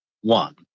one